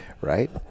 right